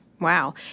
Wow